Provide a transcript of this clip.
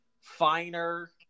finer